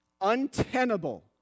Untenable